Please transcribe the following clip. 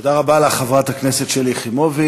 תודה רבה לך, חברת הכנסת שלי יחימוביץ.